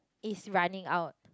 is running out